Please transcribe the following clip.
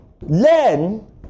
Learn